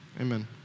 Amen